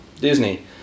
Disney